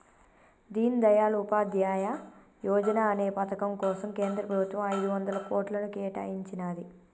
దీన్ దయాళ్ ఉపాధ్యాయ యోజనా అనే పథకం కోసం కేంద్ర ప్రభుత్వం ఐదొందల కోట్లను కేటాయించినాది